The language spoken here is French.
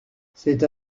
cette